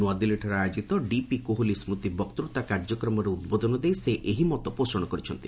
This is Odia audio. ନୂଆଦଲ୍ଲୀଠାରେ ଆୟୋଜିତ ଡିପି କୋହଲି ସ୍କୁତି ବକ୍ତୃତା କାର୍ଯ୍ୟକ୍ରମରେ ଉଦ୍ବୋଧନ ଦେଇ ସେ ଏହି ମତ ପୋଷଣ କରିଛନ୍ତି